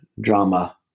drama